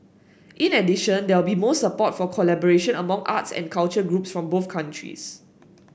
in addition there will be more support for collaboration among arts and culture groups from both countries